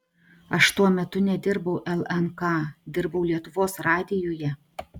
aš tuo metu nedirbau lnk dirbau lietuvos radijuje